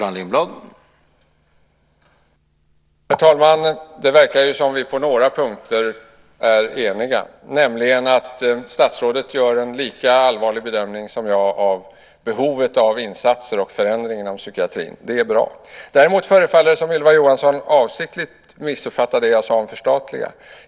Herr talman! Det verkar som att vi är eniga på några punkter. Statsrådet gör nämligen en lika allvarlig bedömning som jag av behovet av insatser och förändring inom psykiatrin. Det är bra. Däremot förefaller det som om Ylva Johansson avsiktligt missuppfattar det som jag sade om att förstatliga.